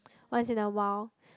once in a while